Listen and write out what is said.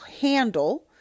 handle